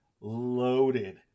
Loaded